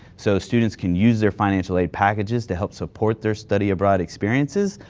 so students can use their financial aid packages to help support their study abroad experiences.